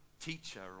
teacher